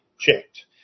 checked